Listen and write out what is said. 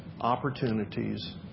opportunities